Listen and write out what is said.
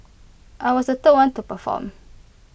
I was the third one to perform